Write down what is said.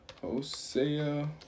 Hosea